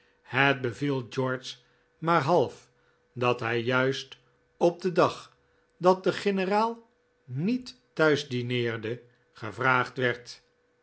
het beviel george maar half dat hij juist op den dag dat de generaal niet thuis dineerde gevraagd werd